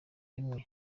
rimwe